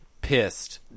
Pissed